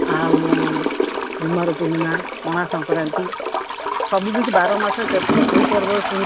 ଆଉ କୁମାର ପୂର୍ଣ୍ଣିମା ପଣା ସଂକ୍ରାନ୍ତି ସବୁକିଛି ବାର ମାସରେ କେଉଁ ପର୍ବ